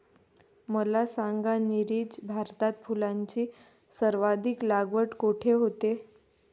मला सांगा नीरज, भारतात फुलांची सर्वाधिक लागवड कुठे होते?